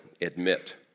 admit